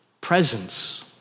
presence